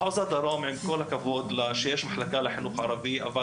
עם כל הכבוד לכך שיש מחלקה לחינוך ערבי במחוז דרום,